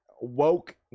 woke